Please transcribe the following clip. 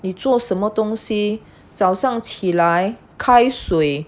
你做什么东西早上起来开水